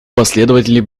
последователи